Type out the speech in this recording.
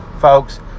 folks